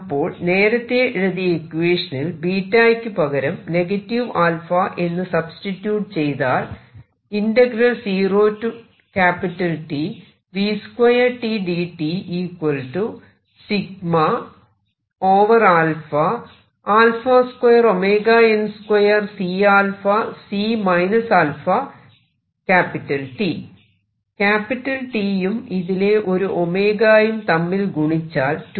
അപ്പോൾ നേരത്തെ എഴുതിയ ഇക്വേഷനിൽ ꞵ യ്ക്ക് പകരം 𝜶 എന്ന് സബ്സ്റ്റിട്യൂട് ചെയ്താൽ T യും ഇതിലെ ഒരു 𝜔 യും തമ്മിൽ ഗുണിച്ചാൽ 2𝜋